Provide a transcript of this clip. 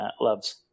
loves